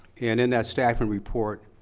and in that staffing report,